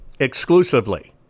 Exclusively